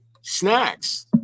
snacks